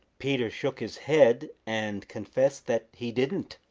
peter shook his head and confessed that he didn't.